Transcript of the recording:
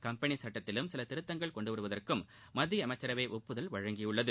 company சட்டத்திலும் சில திருத்தங்கள் கொண்டுவருவதற்கும் மத்திய அமைச்சரவை ஒப்புதல் வழங்கியுள்ளது